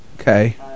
Okay